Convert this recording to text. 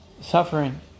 suffering